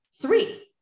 three